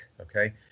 okay